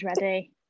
ready